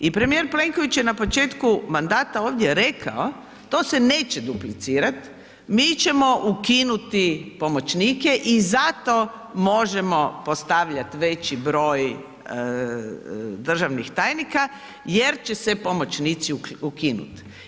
I premijer Plenković je na početku mandata ovdje rekao, to se neće duplicirat, mi ćemo ukinuti pomoćnike i zato možemo postavljat veći broj državnih tajnika jer će se pomoćnici ukinut.